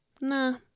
nah